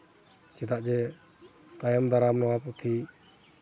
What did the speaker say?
ᱪᱮᱫᱟᱜ ᱡᱮ ᱛᱟᱭᱚᱢ ᱫᱟᱨᱟᱢ ᱱᱚᱣᱟ ᱯᱩᱛᱷᱤ